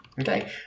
Okay